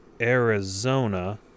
arizona